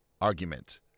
argument